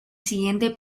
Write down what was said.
siguiente